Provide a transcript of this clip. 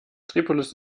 tripolis